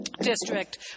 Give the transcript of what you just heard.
district